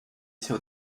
till